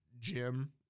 Jim